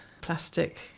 plastic